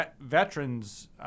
veterans